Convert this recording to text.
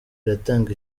biratanga